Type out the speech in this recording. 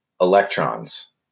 electrons